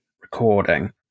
recording